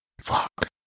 fuck